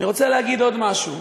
אני רוצה להגיד עוד משהו.